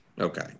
Okay